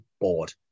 bored